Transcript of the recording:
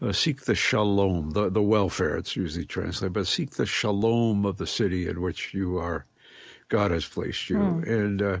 ah seek the shalom the the welfare, it's usually translated but seek the shalom of the city in which you are god has placed you and